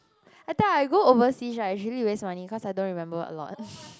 I thought I go overseas right usually waste money cause I don't remember a lot